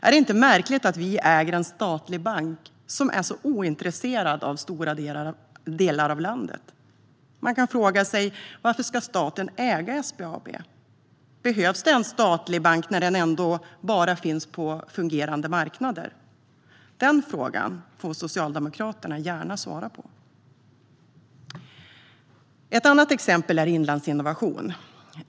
Är det inte märkligt att vi äger en statlig bank som är så ointresserad av stora delar av landet? Man kan fråga sig varför staten ska äga SBAB. Behövs en statlig bank när den ändå bara finns på fungerande marknader? Den frågan får Socialdemokraterna gärna svara på. Ett annat exempel är Inlandsinnovation.